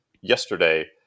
yesterday